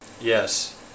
Yes